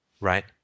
right